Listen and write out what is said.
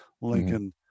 Lincoln